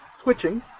twitching